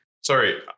sorry